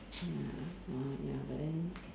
ya ah ya but then